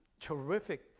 terrific